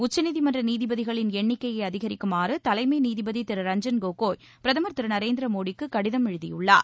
உச்சநீதிமன்ற நீதிபதிகளின் எண்ணிக்கையை அதிகரிக்குமாறு தலைமை நீதிபதி திரு ரஞ்சன் கோகோய் பிரதமர் திரு நரேந்திர மோடிக்கு கடிதம் எழுதியுள்ளார்